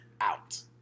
out